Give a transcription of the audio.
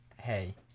hey